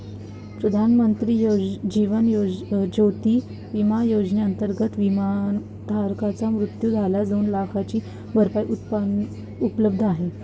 प्रधानमंत्री जीवन ज्योती विमा योजनेअंतर्गत, विमाधारकाचा मृत्यू झाल्यास दोन लाखांची भरपाई उपलब्ध आहे